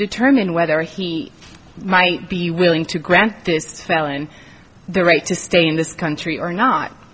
determine whether he might be willing to grant this felon the right to stay in this country or not